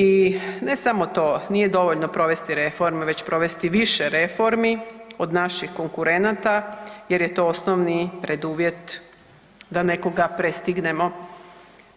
I ne samo to, nije dovoljno provesti reformu već provesti više reformi od naših konkurenata jer je to osnovni preduvjet da nekoga prestignemo,